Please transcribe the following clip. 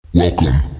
Welcome